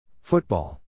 Football